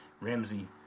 Ramsey